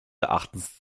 erachtens